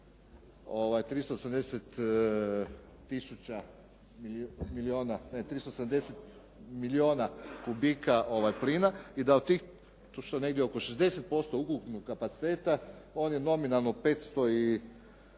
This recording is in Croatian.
370 milijuna kubika plina i da od tih ušlo je negdje oko 60% ukupnog kapaciteta, on je nominalno 580